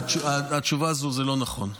התשובה הזו לא נכונה.